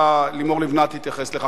לימור לבנת תתייחס לכך.